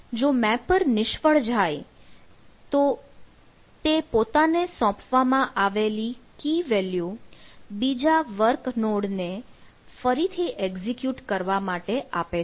જો મેપર નિષ્ફળ જાય તો તે પોતાને સોંપવામાં આવેલી કી વેલ્યુ બીજા વર્ક નોડ ને ફરીથી એક્ઝિક્યુટ કરવા માટે આપે છે